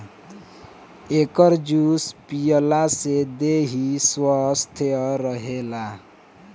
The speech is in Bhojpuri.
एकर जूस पियला से देहि स्वस्थ्य रहेला